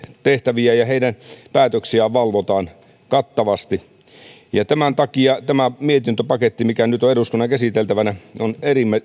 tehtäviä ja heidän päätöksiään valvotaan kattavasti tämän takia tämä mietintöpaketti mikä nyt on eduskunnan käsiteltävänä on